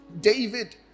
David